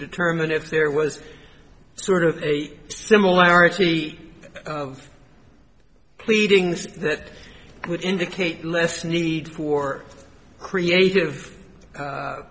determine if there was sort of a similarity pleadings that would indicate less need for creative